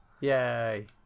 Yay